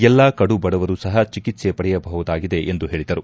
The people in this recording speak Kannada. ಎಲ್ಲಾ ಕಡು ಬಡವರೂ ಸಹ ಚಿಕಿತ್ಲೆ ಪಡೆಯಬಹುದಾಗಿದೆ ಎಂದು ಹೇಳಿದರು